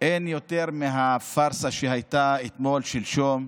אין יותר מהפארסה שהייתה אתמול, שלשום,